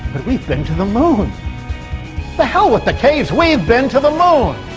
we've been to the moment the hell with the caves. we've been to the moon